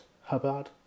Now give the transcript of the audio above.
Hubbard